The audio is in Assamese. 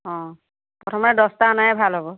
অঁ প্ৰথমে দহটা অনাই ভাল হ'ব